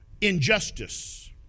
injustice